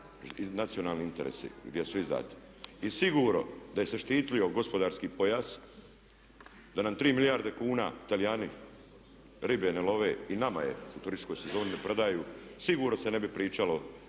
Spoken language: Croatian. nacionalni interesi gdje su izdani. I sigurno da se je štitio gospodarski pojas, da nam 3 milijarde kuna Talijani ribe ne love i nama je u turističkoj sezoni prodaju sigurno se ne bi pričalo